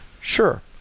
Sure